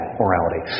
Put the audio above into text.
morality